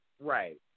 Right